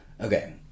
okay